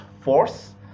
force